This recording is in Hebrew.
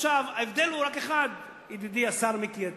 עכשיו, ההבדל הוא רק אחד, ידידי השר מיקי איתן: